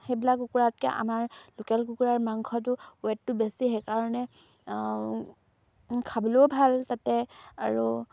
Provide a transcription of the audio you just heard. সেইবিলাক কুকুৰাতকৈ আমাৰ লোকেল কুকুৰাৰ মাংসটো ৱেটটো বেছি সেইকাৰণে খাবলৈও ভাল তাতে আৰু